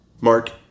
Mark